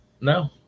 No